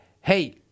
hey